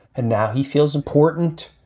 and now he feels important,